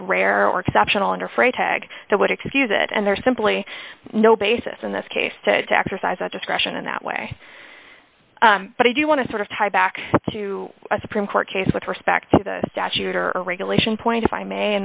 rare or exceptional and or for a tag that would excuse it and there's simply no basis in this case to to exercise that discretion in that way but i do want to sort of tie back to a supreme court case with respect to the statute or regulation point if i may and